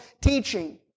teaching